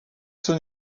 son